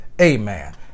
amen